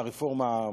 והרפורמה,